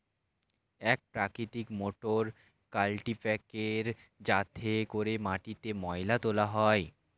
এক প্রকৃতির মোটর কাল্টিপ্যাকের যাতে করে মাটিতে ময়লা তোলা হয়